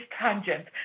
tangent